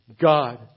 God